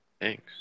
Thanks